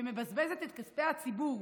שמבזבזת את כספי הציבור